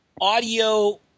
audio